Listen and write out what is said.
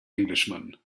englishman